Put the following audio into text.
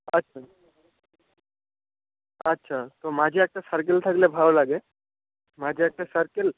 আচ্ছা আচ্ছা তো মাঝে একটা সার্কেল থাকলে ভালো লাগে মাঝে একটা সার্কেল